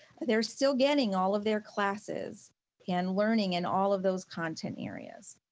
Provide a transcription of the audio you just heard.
they're still getting all of their classes and learning in all of those content areas.